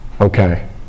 Okay